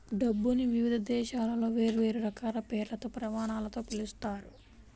డబ్బుని వివిధ దేశాలలో వేర్వేరు రకాల పేర్లతో, ప్రమాణాలతో పిలుస్తారు